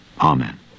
Amen